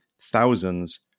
thousands